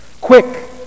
Quick